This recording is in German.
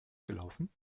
gelaufen